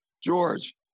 George